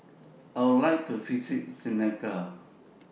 I Would like to visit Senegal